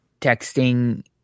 texting